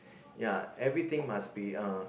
ya everything must be uh